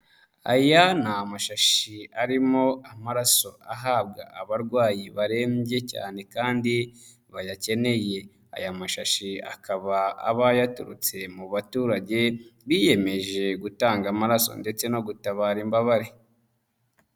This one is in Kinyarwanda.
Aya ni mashashi arimo amaraso ahabwa abarwayi barembye cyane kandi bayakeneye. Aya mashashi akaba aba yaturutse mu baturage biyemeje gutanga amaraso ndetse no gutabara imbabare.